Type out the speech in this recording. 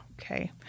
Okay